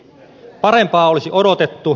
parempaa olisi odotettu